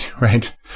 Right